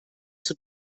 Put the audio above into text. zur